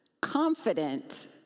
Confident